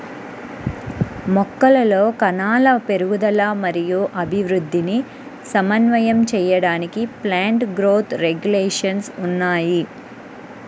మొక్కలలో కణాల పెరుగుదల మరియు అభివృద్ధిని సమన్వయం చేయడానికి ప్లాంట్ గ్రోత్ రెగ్యులేషన్స్ ఉన్నాయి